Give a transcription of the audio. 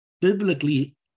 biblically